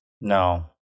No